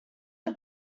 are